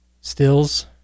stills